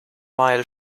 mile